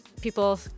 people